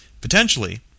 Potentially